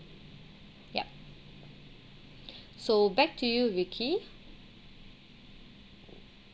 yup so back to you vicky